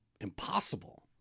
impossible